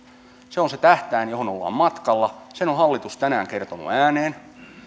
se on se tähtäin johon ollaan matkalla sen on hallitus tänään kertonut ääneen